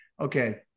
okay